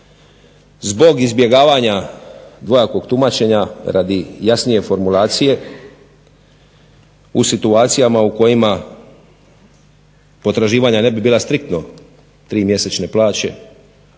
zbog izbjegavanja dvojakog tumačenja, radi jasnije formulacije u situacijama u kojima potraživanja ne bi bila striktno tri mjesečne plaće,